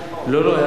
היה על-פי חוק,